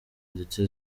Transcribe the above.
ndetse